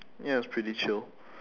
ya it's pretty chill